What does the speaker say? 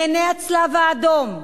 מעיני הצלב-האדום.